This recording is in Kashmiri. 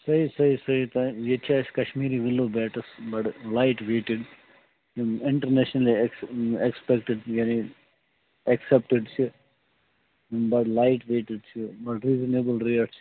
صحیٖح صحیٖح صحیٖح تہٕ ییٚتہِ چھِ اَسہِ کشمیٖری وِلو بیٹَس بَڑٕ لایٹ ویٹِڈ یِم اِنٹرنیشنلی اَسہِ ایٚکسپیٚکٹِڈ یعنی ایٚکسیٚپٹِڈ چھِ بَڑٕ لایٹ ویٹِڈ چھِ بَڑٕ ریٖزنیبل ریٹ چھِ